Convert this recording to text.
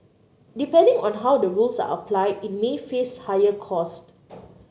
depending on how the rules are applied it may face higher costs